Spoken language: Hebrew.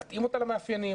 להתאים אותה למאפיינים,